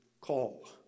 call